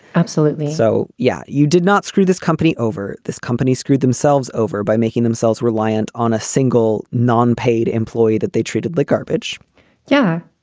absolutely. so, yeah, you did not screw this company over. this company screwed themselves over by making themselves reliant on a single non-paid employee that they treated like garbage yeah.